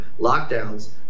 lockdowns